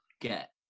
get